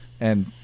and-